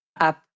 up